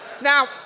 Now